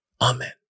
amen